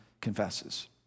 confesses